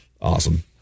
awesome